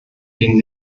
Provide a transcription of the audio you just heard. den